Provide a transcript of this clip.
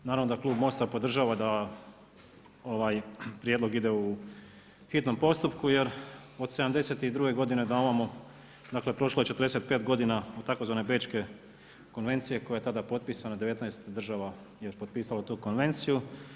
Naravno da klub MOST-a podržava da ovaj prijedlog ide u hitnom postupku jer od '72. godine na ovamo, dakle prošlo je 45 godina od tzv. Bečke konvencije koja je tada potpisana, 19 država je potpisalo tu konvenciju.